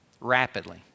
rapidly